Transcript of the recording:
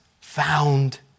found